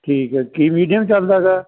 ਠੀਕ ਹੈ ਕੀ ਮੀਡੀਅਮ ਚੱਲਦਾ ਹੈਗਾ